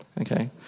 okay